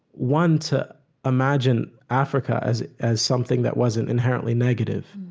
one, to imagine africa as as something that wasn't inherently negative,